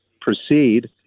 proceed